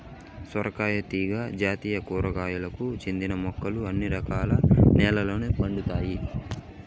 సొరకాయ తీగ జాతి కూరగాయలకు చెందిన మొక్కలు అన్ని రకాల నెలల్లో పండుతాయి